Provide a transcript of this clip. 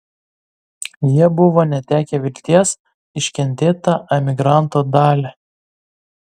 jie buvo netekę vilties iškentėt tą emigranto dalią